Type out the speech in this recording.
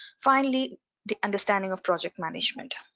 finally the understanding of project management.